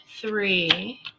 three